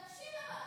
תקשיב,